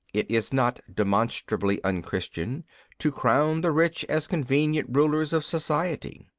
it is not demonstrably un-christian to crown the rich as convenient rulers of society.